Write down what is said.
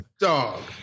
dog